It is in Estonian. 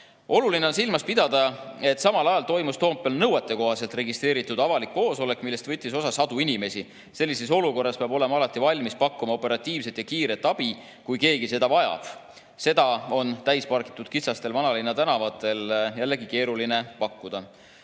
Oluline on silmas pidada, et samal ajal toimus Toompeal nõuetekohaselt registreeritud avalik koosolek, millest võttis osa sadu inimesi. Sellises olukorras peab olema alati valmis pakkuma operatiivset ja kiiret abi, kui keegi seda vajab. Seda on täis pargitud kitsastel vanalinna tänavatel keeruline pakkuda.